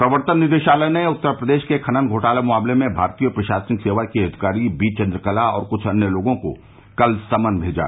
प्रवर्तन निदेशालय ने उत्तर प्रदेश खनन घोटाला मामले में भारतीय प्रशासनिक सेवा की अधिकारी बी चन्द्र कला और कुछ अन्य लोगों को कल सम्मन भेजा